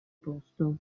posto